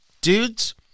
Dudes